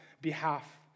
behalf